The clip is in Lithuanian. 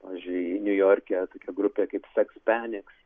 pavyzdžiui niujorke tokia grupė kaip seks peniks